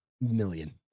million